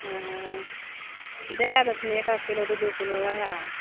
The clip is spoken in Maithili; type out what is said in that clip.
हँ दै देथिन एकक किलो दू दू किलो ओएह